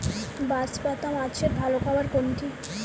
বাঁশপাতা মাছের ভালো খাবার কোনটি?